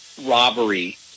robbery